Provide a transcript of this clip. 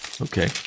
Okay